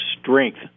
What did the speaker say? strength